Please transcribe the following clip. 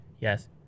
yes